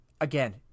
Again